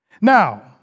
Now